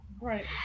right